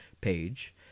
page